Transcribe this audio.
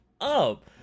up